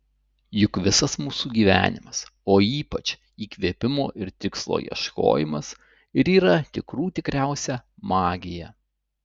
juk visas mūsų gyvenimas o ypač įkvėpimo ir tikslo ieškojimas ir yra tikrų tikriausia magija